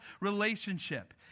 relationship